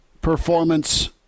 performance